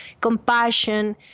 compassion